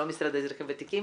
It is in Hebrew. לא המשרד לאזרחים ותיקים,